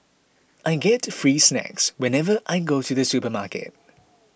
I get free snacks whenever I go to the supermarket